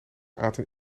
aten